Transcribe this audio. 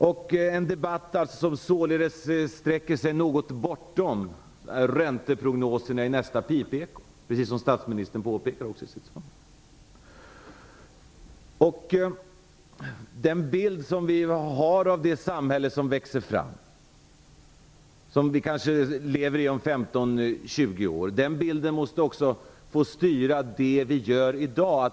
Det rör sig således om en debatt som sträcker sig något bortom ränteprognoserna i nästa "pipeko", precis som statsministern påpekade i sitt svar. Den bild som vi har av det samhälle som växer fram och som vi lever i om kanske 15-20 år måste också få styra det som vi gör i dag.